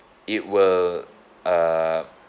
it will uh